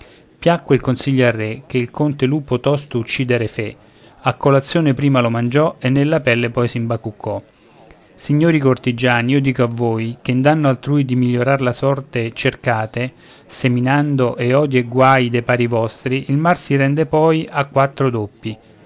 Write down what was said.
consiglio al re che il conte lupo tosto uccider fe a colazione prima lo mangiò e nella pelle poi s'imbacuccò signori cortigiani io dico a voi che in danno altrui di migliorar la sorte cercate seminando ed odii e guai dai pari vostri il mal si rende poi a quattro doppi